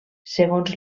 segons